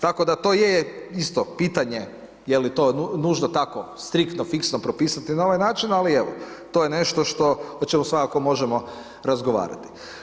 Tako da, to je isto pitanje je li to nužno tako striktno, fiksno propisati na ovaj način, ali evo, to je nešto što, o čemu svakako možemo razgovarati.